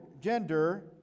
gender